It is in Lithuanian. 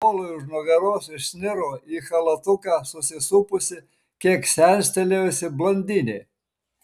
polui už nugaros išniro į chalatuką susisupusi kiek senstelėjusi blondinė